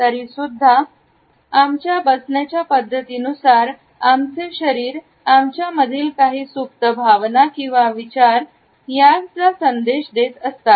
तरीसुद्धा आमच्या बसण्याच्या पद्धतीनुसार आमचे शरीर आमच्यामधील काही सुप्त भावना किंवा विचार याचं संदेश देत असतात